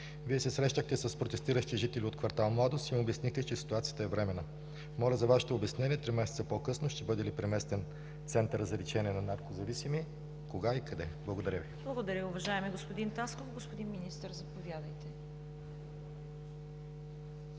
Вие се срещнахте с протестиращи жители от квартал „Младост“ и им обяснихте, че ситуацията е временна. Моля за Вашето обяснение три месеца по-късно: ще бъде ли преместен Центърът за лечение на наркозависими, кога и къде? Благодаря Ви. ПРЕДСЕДАТЕЛ ЦВЕТА КАРАЯНЧЕВА: Благодаря, уважаеми господин Тасков. Господин Министър, заповядайте.